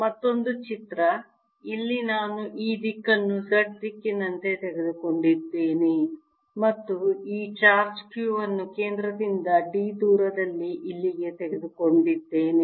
ಮತ್ತೊಂದು ಚಿತ್ರ ಇಲ್ಲಿ ನಾನು ಈ ದಿಕ್ಕನ್ನು Z ದಿಕ್ಕಿನಂತೆ ತೆಗೆದುಕೊಂಡಿದ್ದೇನೆ ಮತ್ತು ಈ ಚಾರ್ಜ್ q ಅನ್ನು ಕೇಂದ್ರದಿಂದ d ದೂರದಲ್ಲಿ ಇಲ್ಲಿಗೆ ತೆಗೆದುಕೊಂಡಿದ್ದೇನೆ